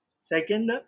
Second